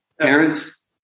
Parents